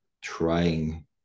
trying